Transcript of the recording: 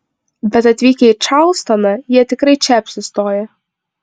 bet atvykę į čarlstoną jie tikrai čia apsistoja